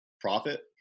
profit